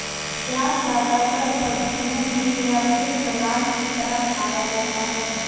प्याज़ ज्यादातर सब्जियों में या फिर सलाद की तरह खाया जाता है